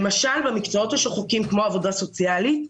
למשל במקצועות השוחקים כמו עבודה סוציאלית,